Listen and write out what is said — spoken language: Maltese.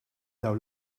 dawn